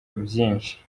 byinshi